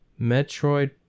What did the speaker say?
Metroid